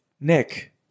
Nick